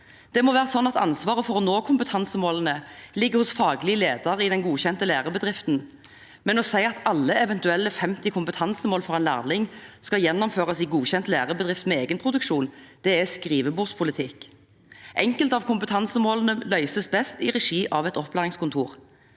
Det må være slik at ansvaret for å nå kompetansemålene ligger hos faglig leder i den godkjente lærebedriften. Men å si at alle eventuelle 50 kompetansemål for en lærling skal gjennomføres i godkjent lærebedrift med egenproduksjon, er skrivebordspolitikk. Enkelte av kompetansemålene løses best i regi av et opplæringskontor.